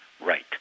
Right